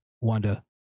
Wanda